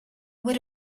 would